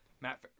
Matt